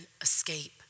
escape